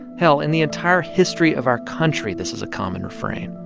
hell, in the entire history of our country, this is a common refrain.